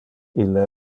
ille